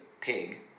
pig